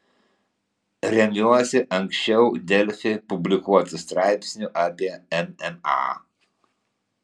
remiuosi ankščiau delfi publikuotu straipsniu apie mma